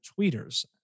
tweeters